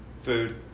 food